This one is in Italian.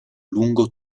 lungo